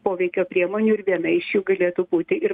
poveikio priemonių ir viena iš jų galėtų būti ir